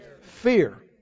Fear